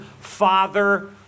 Father